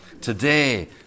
Today